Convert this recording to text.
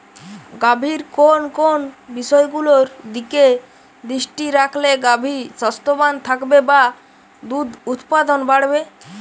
গাভীর কোন কোন বিষয়গুলোর দিকে দৃষ্টি রাখলে গাভী স্বাস্থ্যবান থাকবে বা দুধ উৎপাদন বাড়বে?